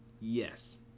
yes